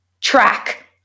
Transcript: track